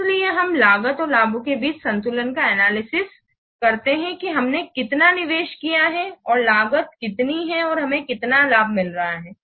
इसलिए हमें लागत और लाभों के बीच संतुलन का एनालिसिस करना होगा कि हमने कितना निवेश किया है और लागत कितनी है और हमें कितना लाभ मिल रहा है